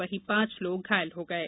वहीं पांच लोग घायल हो गये